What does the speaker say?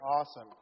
Awesome